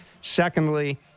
Secondly